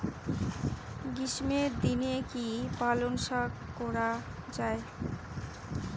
গ্রীষ্মের দিনে কি পালন শাখ করা য়ায়?